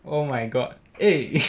oh my god eh